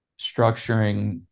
structuring